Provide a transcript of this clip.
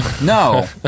No